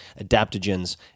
adaptogens